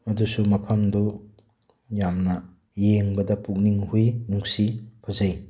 ꯑꯗꯨꯁꯨ ꯃꯐꯝꯗꯨ ꯌꯥꯝꯅ ꯌꯦꯡꯕꯗ ꯄꯨꯛꯅꯤꯉ ꯍꯨꯏ ꯅꯨꯡꯁꯤ ꯐꯖꯩ